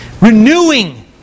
Renewing